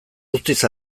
guztiz